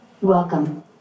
Welcome